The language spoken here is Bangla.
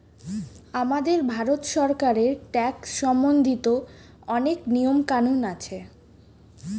আমাদের ভারত সরকারের ট্যাক্স সম্বন্ধিত অনেক নিয়ম কানুন আছে